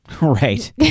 Right